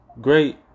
great